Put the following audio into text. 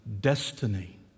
destiny